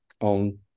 on